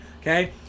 okay